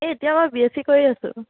এতিয়া মই B S C কৰি আছোঁ